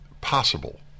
possible